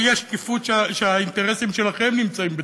האי-שקיפות שהאינטרסים שלכם נמצאים בתוכה.